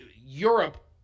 Europe